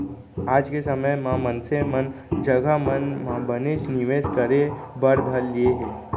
आज के समे म मनसे मन जघा मन म बनेच निवेस करे बर धर लिये हें